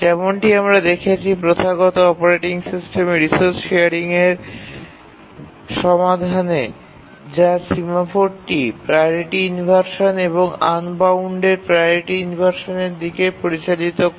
যেমনটি আমরা দেখেছি প্রথাগত অপারেটিং সিস্টেমে রিসোর্স শেয়ারিংয়ের সমাধানে যা সিমাফোরটি প্রাওরিটি ইনভারশান এবং আনবাউন্দেদ প্রাওরিটি ইনভারশানের দিকে পরিচালিত করে